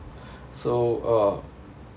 so uh